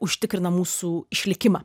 užtikrina mūsų išlikimą